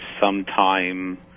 sometime